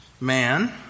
Man